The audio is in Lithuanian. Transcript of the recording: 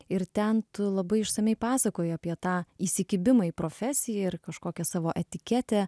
ir ten tu labai išsamiai pasakoja apie tą įsikibimo į profesiją ir kažkokią savo etiketę